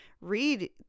read